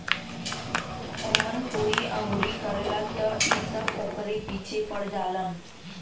ओमन कोई अंगुरी करला त इ सब ओकरे पीछे पड़ जालन